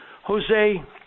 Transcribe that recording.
Jose